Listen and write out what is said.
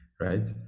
right